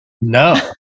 No